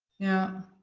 yeah.